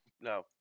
no